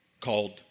called